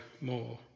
more